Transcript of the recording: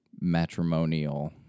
matrimonial